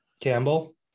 Campbell